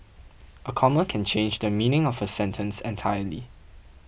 a comma can change the meaning of a sentence entirely